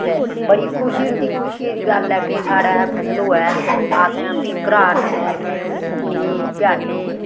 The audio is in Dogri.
ते बड़ी खुशी होंदी खुशियै दी गल्ल ऐ के साढ़ै फसल होऐ असें फ्ही घराट जन्ने उनें कुकड़ियें गी पेआन्ने